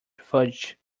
fudge